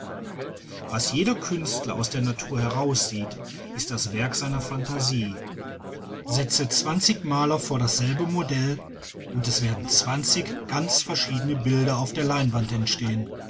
was jeder künstler aus der natur heraussieht ist das werk seiner phantasie setze zwanzig maler vor dasselbe modell und es werden zwanzig ganz verschiedene bilder auf der leinwand entstehen